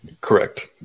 Correct